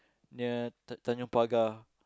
near tan~ Tanjong-Pagar